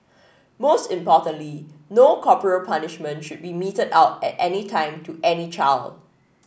most importantly no corporal punishment should be meted out at any time to any child